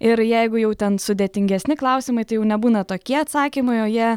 ir jeigu jau ten sudėtingesni klausimai tai jau nebūna tokie atsakymai o jie